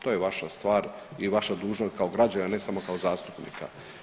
To je vaša stvar i vaša dužnost kao građanina ne samo kao zastupnika.